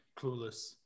clueless